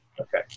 Okay